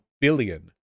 billion